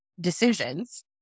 decisions